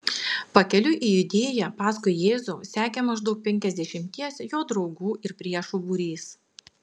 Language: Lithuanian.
pakeliui į judėją paskui jėzų sekė maždaug penkiasdešimties jo draugų ir priešų būrys